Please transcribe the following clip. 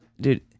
Dude